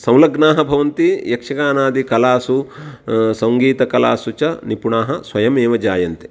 संलग्नाः भवन्ति यक्षगानादिकलासु सङ्गीतकलासु च निपुणाः स्वयमेव जायन्ते